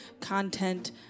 Content